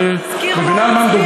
את מבינה על מה מדובר?